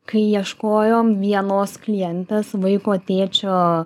kai ieškojom vienos klientės vaiko tėčio